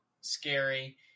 scary